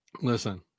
listen